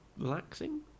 relaxing